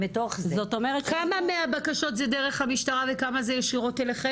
זאת אומרת --- כמה מהבקשות זה דרך המשטרה וכמה זה ישירות אליכם?